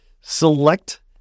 select